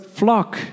flock